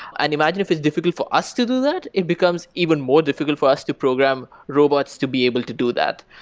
and imagine if it's difficult for us to do that, it becomes even more difficult for us to program robots to be able to that.